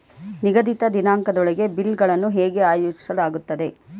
ನಿಗದಿತ ದಿನಾಂಕದೊಳಗೆ ಬಿಲ್ ಗಳನ್ನು ಹೇಗೆ ಆಯೋಜಿಸಲಾಗುತ್ತದೆ?